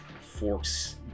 forks